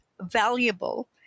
valuable